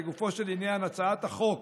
לגופו של עניין, הצעת החוק